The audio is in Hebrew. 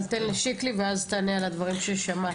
אבל תן לשיקלי ואז תענה לי הדברים ששמעת.